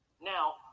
Now